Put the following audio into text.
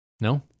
no